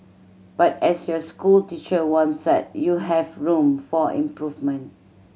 but as your school teacher once said you have room for improvement